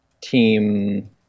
team